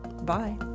Bye